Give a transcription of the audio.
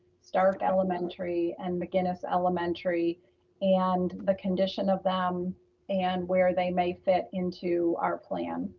starke elementary and mcinnis elementary and the condition of them and where they may fit into our plan.